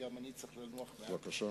אולי ניזכר רגע מה בכלל זה חוק-יסוד,